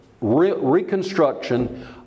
reconstruction